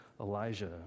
Elijah